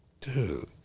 Dude